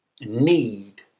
need